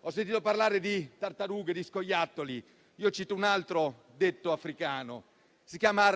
Ho sentito parlare di tartarughe e di scoiattoli, io cito un altro detto africano. Si chiama